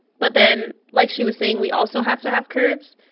but then, like she was saying, we also have to have curves.